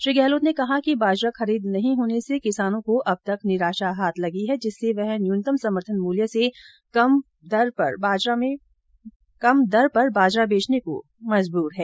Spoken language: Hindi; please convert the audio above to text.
श्री गहलोत ने कहा कि बाजरा खरीद नहीं होने से किसान को भी अब तक निराशा ही हाथ लगी है जिससे वह न्यूनतम समर्थन मूल्य से कम दर में बाजरा बेचने को मजबूर हो रहा है